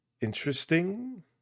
interesting